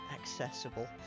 accessible